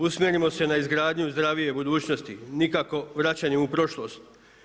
Usmjerimo se na izgradnju zdravije budućnosti, nikako vraćanje u prošlost.